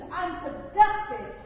unproductive